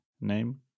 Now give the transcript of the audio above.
name